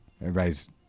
everybody's